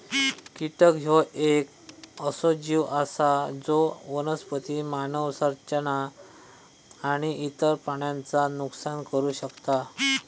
कीटक ह्यो येक असो जीव आसा जो वनस्पती, मानव संरचना आणि इतर प्राण्यांचा नुकसान करू शकता